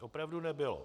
Opravdu nebylo.